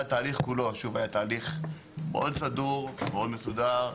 התהליך כולו שהוא באמת תהליך מאוד סדור ומאוד מסודר.